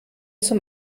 zum